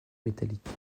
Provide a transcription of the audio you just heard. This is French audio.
métallique